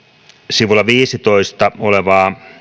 sivulla viisitoista olevaa